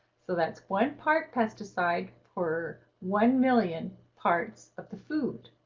so that's one part pesticide for one million parts of the food.